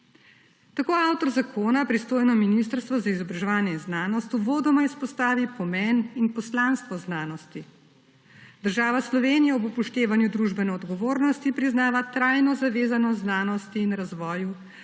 Tako avtor zakona, pristojno Ministrstvo za izobraževanje, znanost in šport uvodoma izpostavi pomen in poslanstvo znanosti. Država Slovenija ob upoštevanju družbene odgovornosti priznava trajno zavezanost znanosti in razvoju